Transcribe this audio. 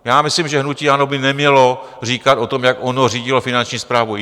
Já myslím, že hnutí ANO by nemělo říkat o tom, jak ono řídilo Finanční správu.